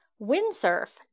windsurf